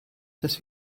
dass